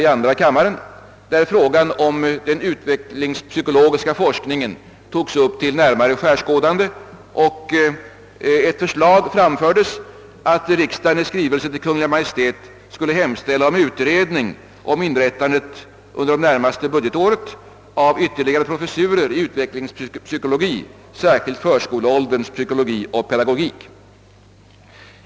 I motionen upptogs spörsmålet om den utvecklingspsykologiska forskningen till närmare skärskådande och föreslogs att riksdagen i skrivelse till Kungl. Maj:t skulle hemställa om utredning om inrättande under det närmaste budgetåret av en professur i utvecklingspsykologi, särskilt förskoleålderns psykologi och pedagogik.